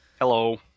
Hello